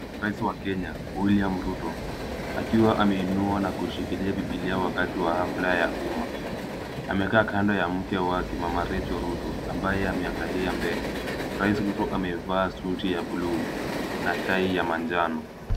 Rais wa Kenya, William Ruto, akiwa ameinua na kushikilia Biblia wakati wa hafla ya umma. Amekaa kando ya mke wake mama Rachel Ruto, ambaye ameangalia mbele, Rais Ruto amevaa suti ya buluu, na tai ya manjano.